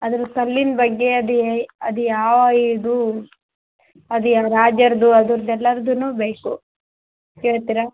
ಅದ್ರ ಕಲ್ಲಿನ ಬಗ್ಗೆ ಅದು ಎ ಅದು ಯಾವ ಇದು ಅದು ಯಾವ ರಾಜರದು ಅದರ್ದ್ ಎಲ್ಲಾರ್ದು ಬೇಕು ಹೇಳ್ತೀರಾ